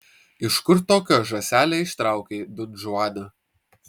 iš kur tokią žąselę ištraukei donžuane